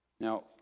Now